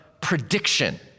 prediction